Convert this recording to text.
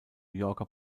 yorker